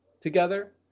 together